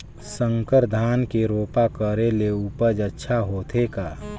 संकर धान के रोपा करे ले उपज अच्छा होथे का?